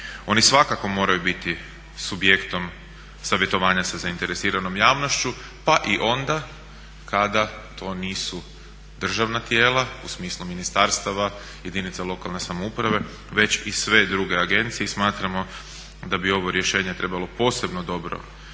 Oni svakako moraju biti subjektom savjetovanja sa zainteresiranom javnošću pa i onda kada to nisu državna tijela u smislu ministarstava, jedinica lokalne samouprave, već i sve druge agencije i smatramo da bi ovo rješenje trebalo posebno dobro razmotriti